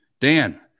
Dan